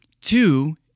Two